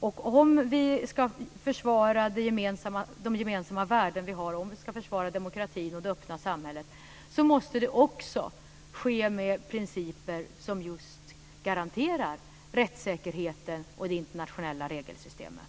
Om vi ska försvara de gemensamma värden vi har - om vi ska försvara demokratin och det öppna samhället - måste det ske med principer som just garanterar rättssäkerheten och det internationella regelsystemet.